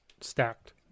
stacked